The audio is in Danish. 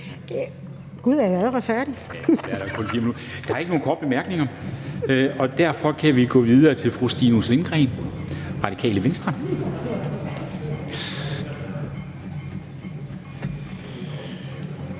(Henrik Dam Kristensen): Der er ikke nogen korte bemærkninger, og derfor kan vi gå videre til hr. Stinus Lindgreen, Radikale Venstre.